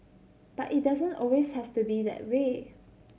but it doesn't always have to be that way